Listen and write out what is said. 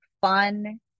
fun